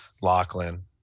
lachlan